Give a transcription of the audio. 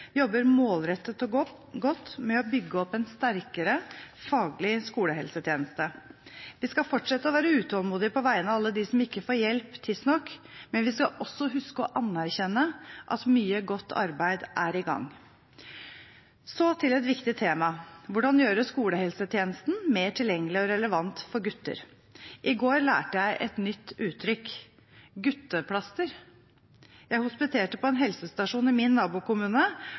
jobber målrettet og godt med å bygge opp en sterkere faglig skolehelsetjeneste. Vi skal fortsatt være utålmodige på vegne av alle dem som ikke får hjelp tidsnok, men vi skal også huske å anerkjenne at mye godt arbeid er i gang. Så til et viktig tema: Hvordan gjøre skolehelsetjenesten mer tilgjengelig og relevant for gutter? I går lærte jeg et nytt uttrykk: gutteplaster. Jeg hospiterte på en helsestasjon i min nabokommune,